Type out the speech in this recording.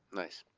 nice.